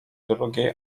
drugiej